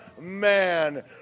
man